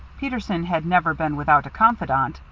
peterson had never been without a confidant,